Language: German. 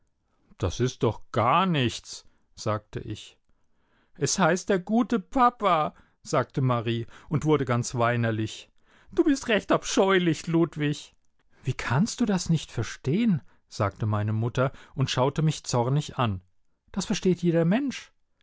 das ist doch gar nichts sagte ich es heißt der gute papa sagte marie und wurde ganz weinerlich du bist recht abscheulich ludwig wie kannst du das nicht verstehen sagte meine mutter und schaute mich zornig an das versteht jeder mensch